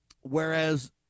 Whereas